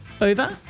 Over